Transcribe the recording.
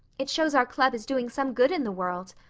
it shows our club is doing some good in the world.